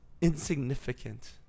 insignificant